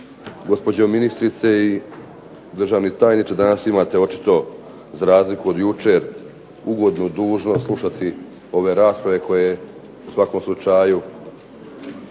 Gospođo ministrice, državni tajniče danas imate očito za razliku od jučer ugodnu dužnost slušati ove rasprave koje u svakom slučaju